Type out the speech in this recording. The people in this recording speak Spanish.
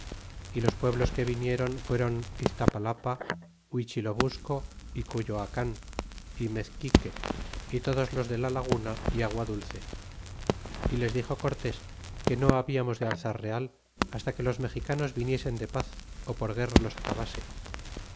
y los pueblos que vinieron fueron iztapalapa iluichilobusco é cuyoacan mezquique y todos los de la laguna y agua dulce y les dixo cortés que no hablamos de alzar real hasta que los mexicanos viniesen de paz ó por guerra los acabase y